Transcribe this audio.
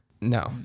No